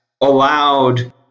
allowed